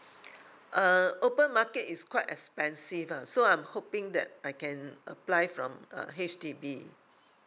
uh open market is quite expensive ah so I'm hoping that I can apply from uh H_D_B